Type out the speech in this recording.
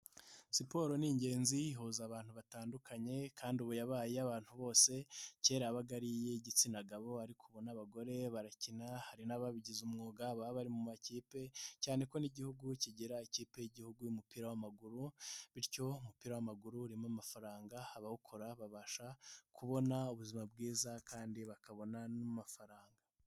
Siporo ni ingenzi ihuza abantu batandukanye kandi ubu yabaye iy'abantu bose, kera yabaga ari iy'igitsina gabo ariko ubu n'abagore barakina, hari n'ababigize umwuga baba bari mu makipe cyane ko n'Igihugu kigira ikipe y'Igihugu y'umupira w'amaguru; bityo umupira w'amaguru urimo amafaranga, abawukora babasha kubona ubuzima bwiza kandi bakabona n'amafaranga.